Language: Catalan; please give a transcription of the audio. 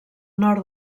nord